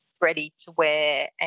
ready-to-wear